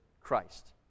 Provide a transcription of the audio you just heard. Christ